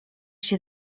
się